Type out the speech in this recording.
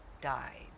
died